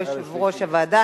יושב-ראש הוועדה,